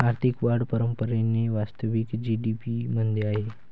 आर्थिक वाढ परंपरेने वास्तविक जी.डी.पी मध्ये आहे